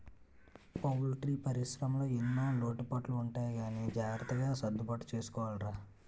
poultry పరిశ్రమలో ఎన్నో లోటుపాట్లు ఉంటాయి గానీ జాగ్రత్తగా సర్దుబాటు చేసుకోవాలిరా